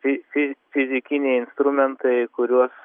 fi fi fizikiniai instrumentai kuriuos